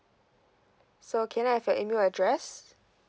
so can I have your email address